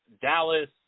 Dallas